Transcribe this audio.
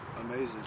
amazing